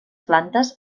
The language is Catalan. plantes